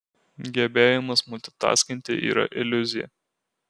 gebėjimas multitaskinti yra iliuzija